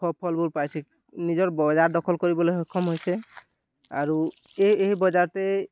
সফলবোৰ পাইছে নিজৰ বজাৰ দখল কৰিবলৈ সক্ষম হৈছে আৰু এই বজাৰতেই